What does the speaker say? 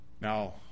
Now